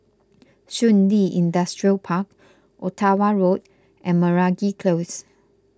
Shun Li Industrial Park Ottawa Road and Meragi Close